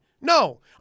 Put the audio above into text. No